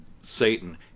Satan